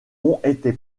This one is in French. été